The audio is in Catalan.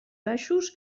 baixos